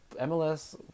MLS